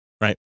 right